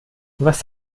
was